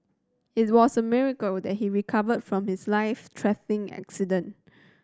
it was a miracle that he recovered from his life threatening accident